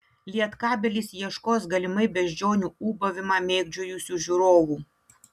lietkabelis ieškos galimai beždžionių ūbavimą mėgdžiojusių žiūrovų